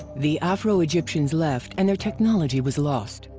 the afro-egyptians left, and their technology was lost.